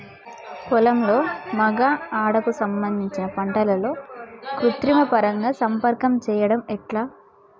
పొలంలో మగ ఆడ కు సంబంధించిన పంటలలో కృత్రిమ పరంగా సంపర్కం చెయ్యడం ఎట్ల?